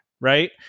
right